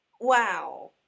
wow